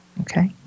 Okay